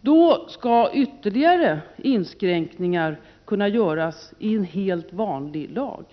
Då skall ytterligare inskränkningar kunna göras i en helt vanlig lag.